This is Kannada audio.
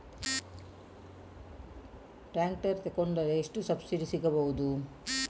ಟ್ರ್ಯಾಕ್ಟರ್ ತೊಕೊಂಡರೆ ಎಷ್ಟು ಸಬ್ಸಿಡಿ ಸಿಗಬಹುದು?